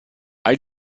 all